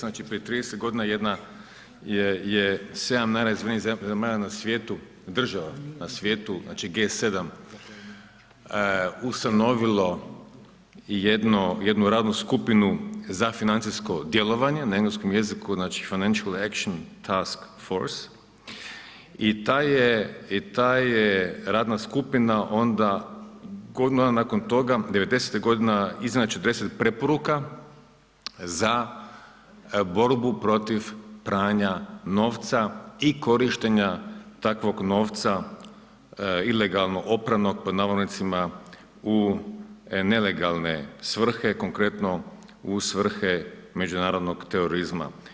Znači prije 30 godina jedna je, 7 najrazvijenijih zemalja na svijetu, država na svijetu, znači G7 ustanovilo jedno, jednu radnu skupinu za financijsko djelovanje, na engleskom jeziku znači Financial Action Task Force i ta je, i ta je radna skupina onda nakon toga '90. godina izdala 40 preporuka za borbu protiv pranja novca i korištenja takvog novca ilegalno opranog pod navodnicima u nelegalne svrhe konkretno u svrhe međunarodnog terorizma.